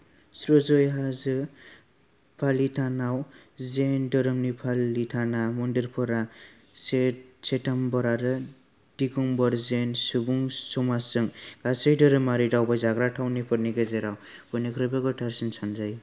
शत्रुंजय हाजो पालीतानाव जैन धोरोमनि पालिताना मन्दिरफोरा श्वेतांबर आरो दिगंबर जैन सुबुंसमाजजों गासै धोरोमारि दावबायजाग्रा थावनिफोरनि गेजेराव बयनिख्रुयबो गोथारसिन सानजायो